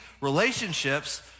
relationships